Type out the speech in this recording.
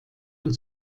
und